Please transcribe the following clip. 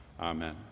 Amen